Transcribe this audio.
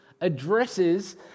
addresses